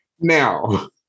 Now